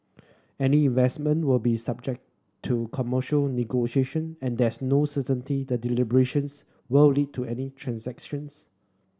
any investment will be subject to commercial negotiation and there's no certainty the deliberations will lead to any transactions